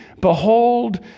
Behold